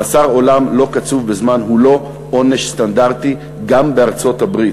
מאסר עולם לא קצוב בזמן הוא לא עונש סטנדרטי גם בארצות-הברית.